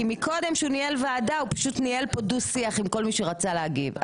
כי מקודם כשהוא ניהל ועדה הוא פשוט ניהל פה דו-שיח עם כל מי שרצה להגיב.